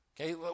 Okay